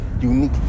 unique